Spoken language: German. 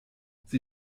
sie